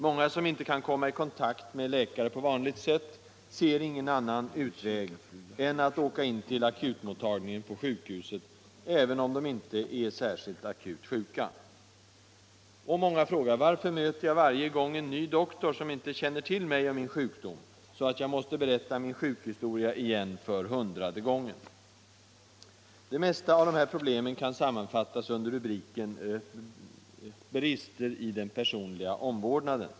Många som inte kan komma i kontakt med läkare på vanligt sätt ser ingen annan utväg än att åka in till akutmottagningen på sjukhuset, även om de inte är särskilt akut sjuka. Många frågar: Varför möter jag varje gång en ny doktor, som inte känner till mig och min sjukdom, så att jag måste berätta min sjukhistoria igen för hundrade gången? Det mesta av de här problemen kan sammanfattas under rubriken Brister i den personliga omvårdnaden.